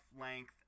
length